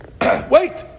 Wait